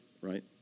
right